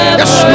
yes